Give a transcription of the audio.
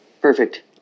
Perfect